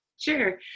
Sure